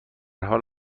حال